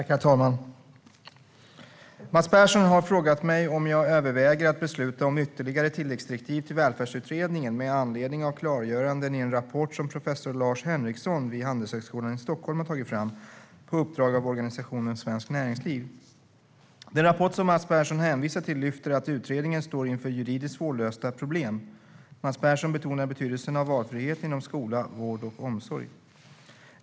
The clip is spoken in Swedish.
Herr talman! Mats Persson har frågat mig om jag överväger att besluta om ytterligare tilläggsdirektiv till Välfärdsutredningen med anledning av klargöranden i en rapport som professor Lars Henriksson vid Handelshögskolan i Stockholm har tagit fram på uppdrag av organisationen Svenskt Näringsliv. Den rapport som Mats Persson hänvisar till lyfter fram att utredningen står inför juridiskt svårlösta problem. Mats Persson betonar betydelsen av valfrihet inom skola, vård och omsorg.